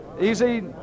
Easy